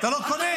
אתה לא קונה?